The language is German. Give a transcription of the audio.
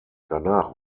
danach